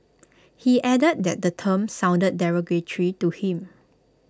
he added that the term sounded derogatory to him